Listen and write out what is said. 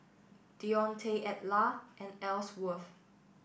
Dionte Edla and Elsworth